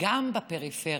וגם בפריפריה.